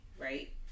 right